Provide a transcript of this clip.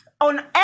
on